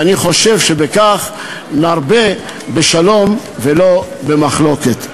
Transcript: ואני וחושב שבכך נרבה שלום ולא מחלוקת.